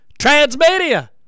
Transmedia